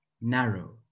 narrow